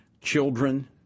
children